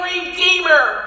Redeemer